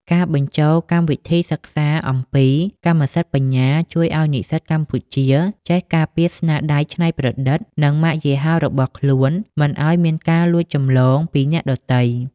ការបញ្ចូលកម្មវិធីសិក្សាអំពី "កម្មសិទ្ធិបញ្ញា" ជួយឱ្យនិស្សិតកម្ពុជាចេះការពារស្នាដៃច្នៃប្រឌិត និងម៉ាកយីហោរបស់ខ្លួនមិនឱ្យមានការលួចចម្លងពីអ្នកដទៃ។